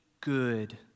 good